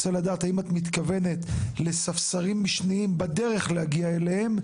האם את מתכוונת לספסרים משניים בדרך להגיע אליהם?